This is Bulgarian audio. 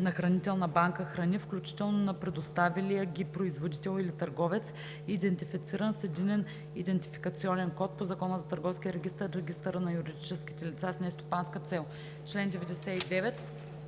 на хранителна банка храни, включително на предоставилия ги производител или търговец, идентифициран с единен идентификационен код по Закона за търговския регистър и регистъра на юридическите лица с нестопанска цел.“ По чл.